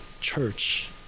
church